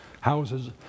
houses